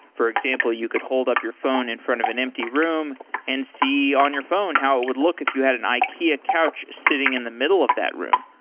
for example, you could hold up your phone in front of an empty room and see on your phone how it would look if you had an ikea couch sitting in the middle of that room,